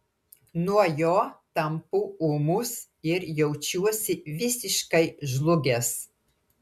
nuo jo tampu ūmus ir jaučiuosi visiškai žlugęs